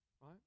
Right